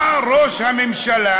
בא ראש הממשלה